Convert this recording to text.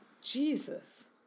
Jesus